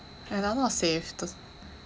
and not safe